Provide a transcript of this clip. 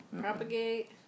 Propagate